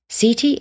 CT